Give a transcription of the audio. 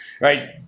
right